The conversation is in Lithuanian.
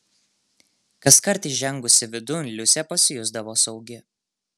kaskart įžengusi vidun liusė pasijusdavo saugi